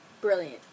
Brilliant